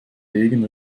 degen